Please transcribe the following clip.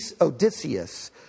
Odysseus